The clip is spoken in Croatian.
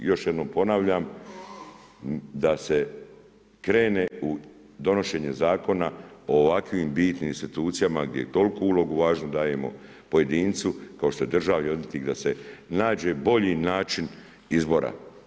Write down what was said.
I još jednom ponavljam da se krene u donošenje zakona o ovakvim bitnim institucijama gdje tolku ulogu važnu dajemo pojedincu kao što je državni odvjetnik, da se nađe bolji način izbora.